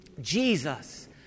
...Jesus